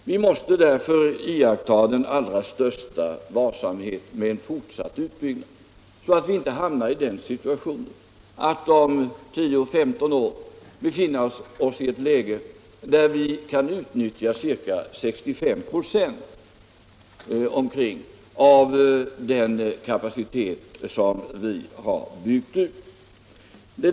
Vi måste sålunda iaktta den allra största varsamhet när det gäller den fortsatta utbyggnaden, så att vi inte om tio femton år befinner oss i ett läge där vi bara kan utnyttja ca 65 96 av den kapacitet som vi har byggt ut.